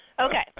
Okay